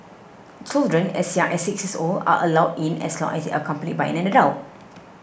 children as young as six years old are allowed in as long as they are accompanied by an adult